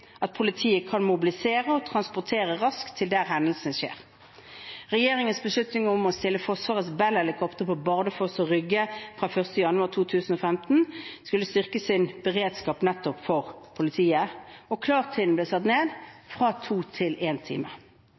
at politiet kan mobilisere og transporteres raskt til der hendelsene skjer. Regjeringen besluttet at Forsvarets Bell-helikoptre på Bardufoss og Rygge fra 1. januar 2015 skulle styrke sin beredskap nettopp for politiet, og klartiden ble satt ned fra to timer til én time.